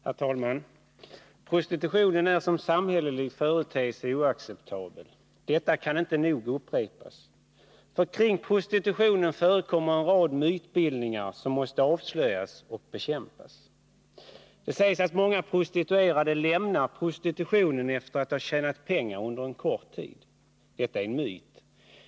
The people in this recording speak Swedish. Herr talman! Prostitutionen är som samhällelig företeelse oacceptabel. Detta kan inte nog upprepas, därför att kring prostitutionen förekommer en rad mytbildningar som måste avslöjas och bekämpas. Det sägs att många prostituerade lämnar prostitutionen efter att ha tjänat pengar under en kort tid. Detta är en myt.